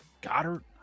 Goddard